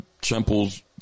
temples